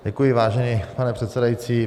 Děkuji, vážený pane předsedající.